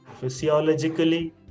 physiologically